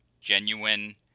genuine